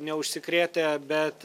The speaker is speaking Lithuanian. neužsikrėtę bet